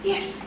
Yes